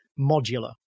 modular